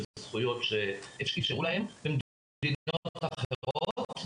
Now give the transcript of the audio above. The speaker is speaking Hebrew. בזכויות שאפשרו להם במדינות אחרות.